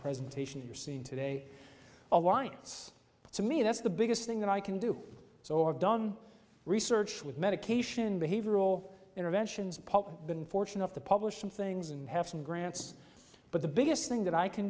presentation you're seeing today alliance to me that's the biggest thing that i can do so have done research with medication behavioral interventions public been fortune off the publishing things and have some grants but the biggest thing that i can